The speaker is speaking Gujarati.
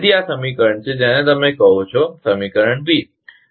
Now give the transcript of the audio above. તેથી આ સમીકરણ છે જેને તમે કહો છો સમીકરણ બીequation